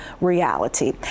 reality